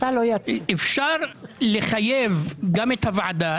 אפשר לחייב גם את הוועדה,